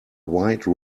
wide